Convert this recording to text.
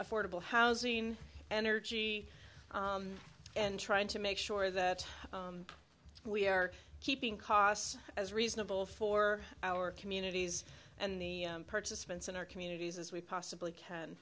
affordable housing and energy and trying to make sure that we are keeping costs as reasonable for our communities and the participants in our communities as we possibly